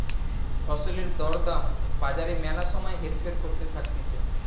ফসলের দর দাম বাজারে ম্যালা সময় হেরফের করতে থাকতিছে